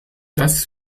das